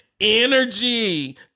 Energy